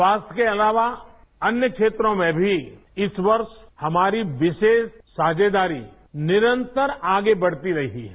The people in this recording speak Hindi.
स्वास्थ्य के अलावा अन्य क्षेत्रों में भी इस वर्ष हमारी विशेष साझीदारी निरंतर आगे बढ़ती रही है